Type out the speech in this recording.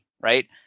right